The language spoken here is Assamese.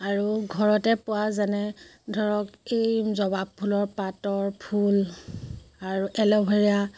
আৰু ঘৰতে পোৱা যেনে ধৰক এই জবাব ফুলৰ পাতৰ ফুল আৰু এলোভেৰা